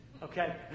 Okay